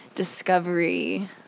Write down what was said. Discovery